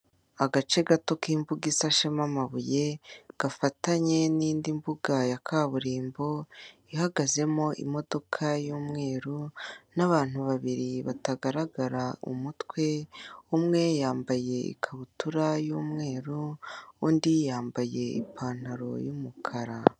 Agace gato k'imbuga isashema amabuye, gafatanye n'indi mbuga ya kaburimbo, ihagazemo imodoka y'umweru, n'abantu babiri batagaragara umutwe, umwe yambaye ikabutura y'umweru, undi yambaye ipantaro y'umukara.